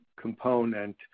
component